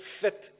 fit